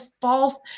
false